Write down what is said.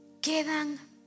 quedan